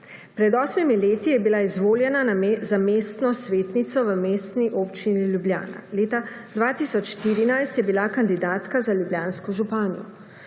Pred osmimi leti je bila izvoljena za mestno svetnico v Mestni občini Ljubljana. Leta 2014 je bila kandidatka za ljubljansko županjo.